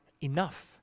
enough